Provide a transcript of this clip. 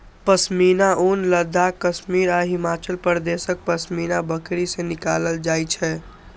पश्मीना ऊन लद्दाख, कश्मीर आ हिमाचल प्रदेशक पश्मीना बकरी सं निकालल जाइ छै